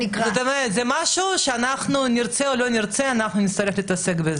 כלומר, נרצה או לא נרצה, נצטרך להתעסק בנושא הזה.